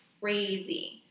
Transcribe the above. crazy